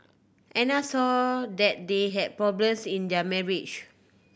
Anna saw that they had problems in their marriage